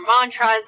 mantras